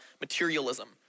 materialism